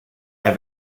have